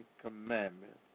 commandments